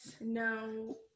No